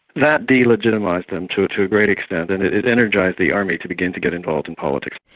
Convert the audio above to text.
that de-legitimised them to to a great extent and it energised the army to begin to get involved in politics.